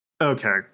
Okay